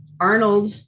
Arnold